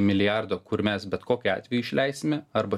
milijardo kur mes bet kokiu atveju išleisime arba